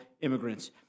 immigrants